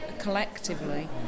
Collectively